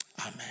Amen